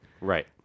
right